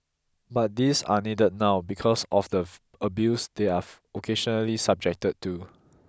but these are needed now because of the abuse they are occasionally subject to